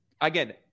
again